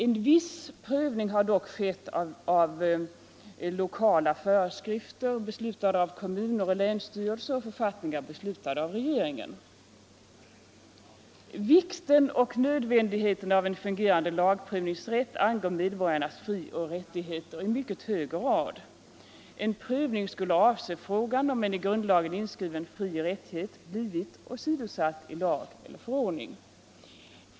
En viss prövning har dock skett av 127 Vikten och nödvändigheten av en fungerande lagprövningsrätt angår medborgarnas frioch rättigheter i mycket hög grad. En prövning skulle avse frågan om en i grundlagen inskriven frioch rättighet har blivit åsidosatt i lag eller förordning.